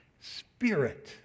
spirit